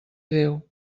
déu